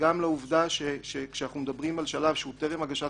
וגם לעובדה שכשאנחנו מדברים על שלב שהוא טרם הגשת